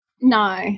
No